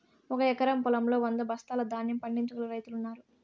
ఒక ఎకరం పొలంలో వంద బస్తాల ధాన్యం పండించగల రైతులు ఉన్నారు